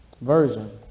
version